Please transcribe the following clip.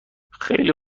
خیلی